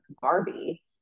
Barbie